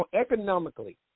Economically